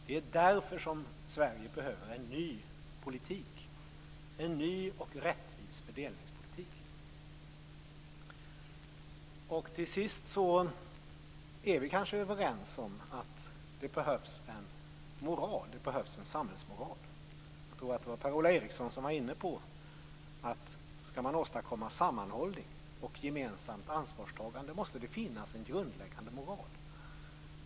Det är därför som Sverige behöver en ny politik, en ny och rättvis fördelningspolitik. Till sist: Vi kanske är överens om att det behövs en samhällsmoral. Jag tror att det var Per-Ola Eriksson som var inne på att om man skall åstadkomma sammanhållning och gemensamt ansvarstagande måste det finnas en grundläggande moral.